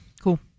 cool